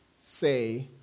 say